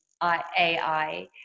AI